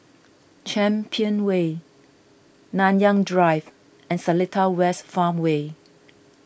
Champion Way Nanyang Drive and Seletar West Farmway